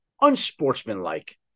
unsportsmanlike